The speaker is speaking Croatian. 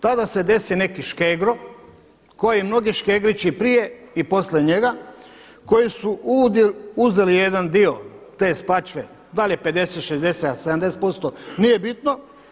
Tada se desi neki Škegro koji mnogi Škegrići prije i poslije njega koji su uzeli jedan dio te Spačve, da li je 50, 60, 70% nije bitno.